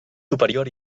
superior